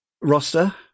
roster